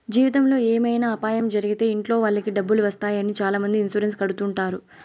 జీవితంలో ఏమైనా అపాయం జరిగితే ఇంట్లో వాళ్ళకి డబ్బులు వస్తాయి అని చాలామంది ఇన్సూరెన్స్ కడుతుంటారు